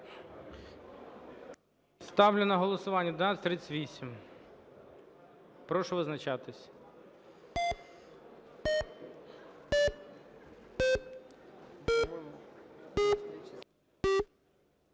Ставлю на голосування 1142. Прошу визначатись